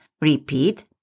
Repeat